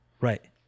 Right